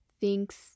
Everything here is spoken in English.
Thinks